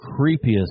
creepiest